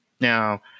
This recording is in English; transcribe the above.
Now